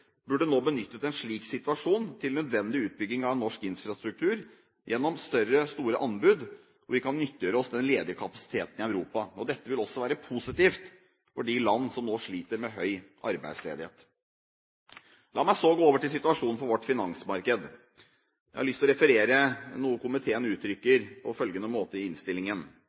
burde nå benyttet en slik situasjon til nødvendig utbygging av norsk infrastruktur gjennom større anbud, hvor vi kan nyttiggjøre oss den ledige kapasiteten i Europa. Dette vil også være positivt for de land som nå sliter med høy arbeidsledighet. La meg så gå over til situasjonen for vårt finansmarked. Jeg har lyst til å referere noe komiteen uttrykker, på følgende måte i innstillingen: